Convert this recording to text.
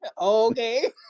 Okay